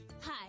Hi